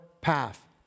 path